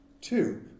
Two